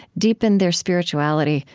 deepened their spirituality,